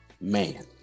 Man